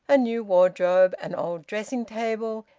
a new wardrobe, an old dressing-table,